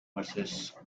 versus